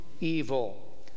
evil